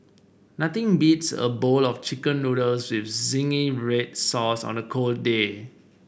nothing beats a bowl of chicken noodles with zingy red sauce on a cold day